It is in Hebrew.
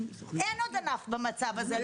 אין עוד ענף במצב הזה,